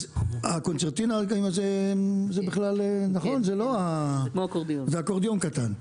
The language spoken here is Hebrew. אז הקונצרטינה זה בכלל, נכון זה כמו אקורדיון קטן.